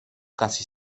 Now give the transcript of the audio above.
casi